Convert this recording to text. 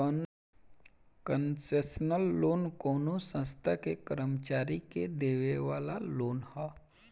concessional loan कवनो संस्था के कर्मचारी के देवे वाला लोन ह